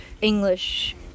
English